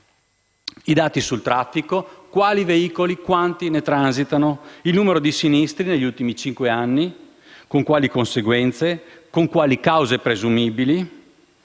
i dati sul traffico (quali e quanti veicoli transitano), sul numero di sinistri negli ultimi cinque anni (con quali conseguenze e quali cause presumibili)